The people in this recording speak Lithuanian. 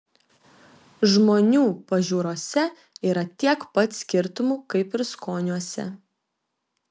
žmonių pažiūrose yra tiek pat skirtumų kaip ir skoniuose